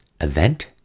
event